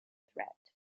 threat